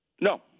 No